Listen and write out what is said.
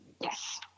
Yes